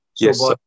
Yes